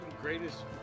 greatest